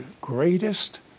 greatest